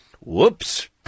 whoops